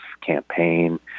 campaign